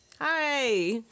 Hi